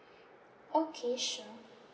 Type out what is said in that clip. okay sure